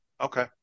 Okay